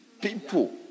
People